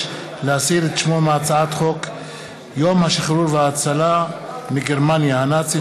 להסיר את שמו מהצעת חוק יום השחרור וההצלה מגרמניה הנאצית,